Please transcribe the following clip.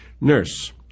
nurse